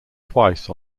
twice